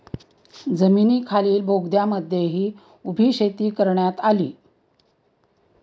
जमिनीखालील बोगद्यांमध्येही उभी शेती करण्यात आली